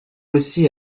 aussi